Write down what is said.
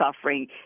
suffering